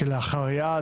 כלאחר יד.